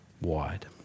wide